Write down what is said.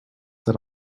that